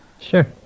Sure